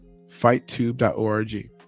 fighttube.org